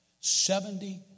Seventy